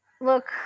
Look